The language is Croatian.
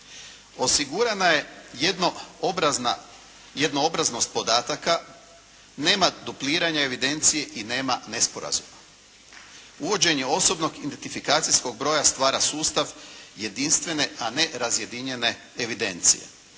Osigurana je jednoobraznost podataka, nema dupliranja evidencije i nema nesporazuma. Uvođenje osobnog identifikacijskog broja stvara sustav jedinstvene, a ne razjedinjene evidencije.